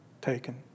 taken